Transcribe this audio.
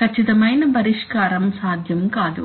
ఖచ్చితమైన పరిష్కారం సాధ్యం కాదు